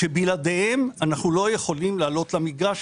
שבלעדיהם אנחנו לא יכולים לעלות למגרש,